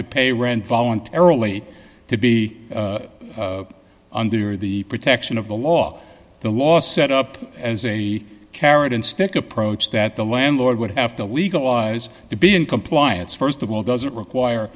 to pay rent voluntarily to be under the protection of the law the law set up as a carrot and stick approach that the landlord would have to legalize to be in compliance st of all doesn't require